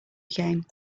game